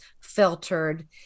filtered